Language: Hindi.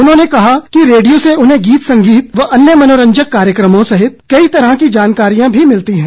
उन्होंने कहा कि रेडियो से उन्हें गीत संगीत व अन्य मनोरंजक कार्यक्रमों सहित कई तरह की जानकारियां भी मिलती हैं